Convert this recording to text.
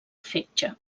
fetge